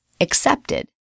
accepted